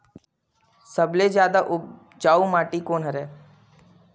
सबले जादा उपजाऊ माटी कोन हरे?